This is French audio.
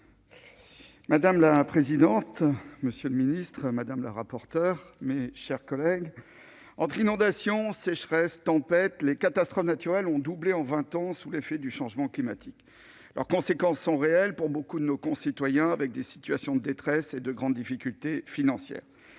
Madame la présidente, monsieur le ministre, mes chers collègues, entre inondations, sécheresses et tempêtes, le nombre des catastrophes naturelles a doublé en vingt ans sous l'effet du changement climatique. Leurs conséquences sont réelles pour beaucoup de nos concitoyens, avec des situations de détresse et de grandes difficultés financières.